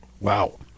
Wow